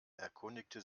erkundigte